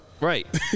Right